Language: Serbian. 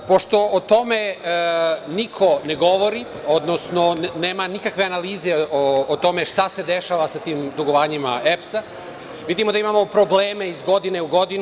Pošto o tome niko ne govori, odnosno nema nikakve analize o tome šta se dešava sa tim dugovanjima EPS-a, vidimo da imamo probleme iz godine u godinu.